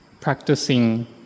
practicing